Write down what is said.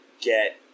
get